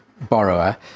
borrower